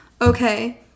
okay